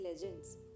legends